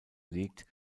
liegt